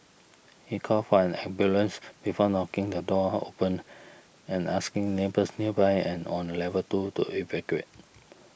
he called for an ambulance before knocking the door open and asking neighbours nearby and on level two to evacuate